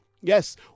Yes